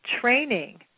training